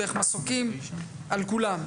דרך מסוקים על כולם.